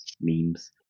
Memes